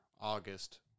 August